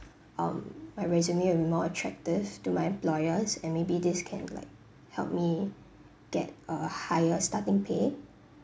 um my resume will be more attractive to my employers and maybe this can like help me get a higher starting pay